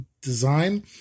design